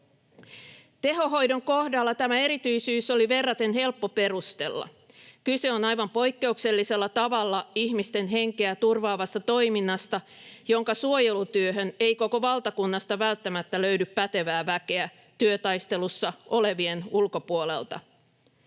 Tehohoidon kohdalla tämä erityisyys oli verraten helppo perustella. Kyse on aivan poikkeuksellisella tavalla ihmisten henkeä turvaavasta toiminnasta, jonka suojelutyöhön ei koko valtakunnasta välttämättä löydy pätevää väkeä työtaistelussa olevien ulkopuolelta.